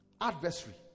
adversary